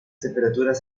temperaturas